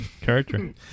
character